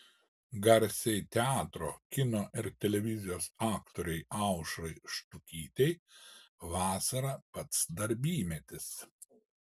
garsiai teatro kino ir televizijos aktorei aušrai štukytei vasara pats darbymetis